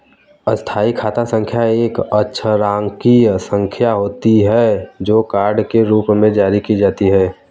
स्थायी खाता संख्या एक अक्षरांकीय संख्या होती है, जो कार्ड के रूप में जारी की जाती है